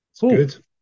good